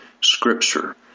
scripture